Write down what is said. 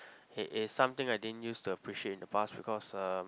it is something I didn't used to appreciate in the past because um